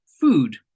food